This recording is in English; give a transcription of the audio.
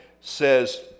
says